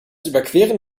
überqueren